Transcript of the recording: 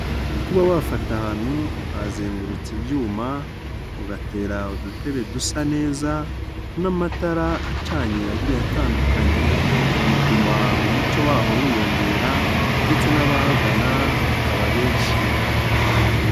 Kuba wafata ahantu ukazengutsa ibyuma, ugatera udutebe dusa neza n'amatara acanye yagiye atandukanye, bituma umuco waho wiyongera ndetse n'abahagana bakaba benshi.